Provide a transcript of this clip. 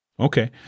Okay